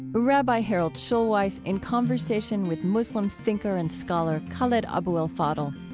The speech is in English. rabbi harold schulweis in conversation with muslim thinker and scholar khaled abou el fadl.